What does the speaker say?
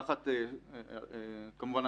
וכמובן,